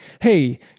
hey